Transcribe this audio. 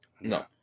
No